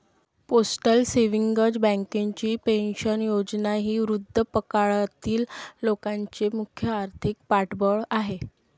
postal savings बँकेची pension योजना ही वृद्धापकाळातील लोकांचे मुख्य आर्थिक पाठबळ आहे